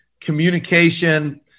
communication